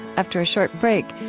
after a short break,